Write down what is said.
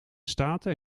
staten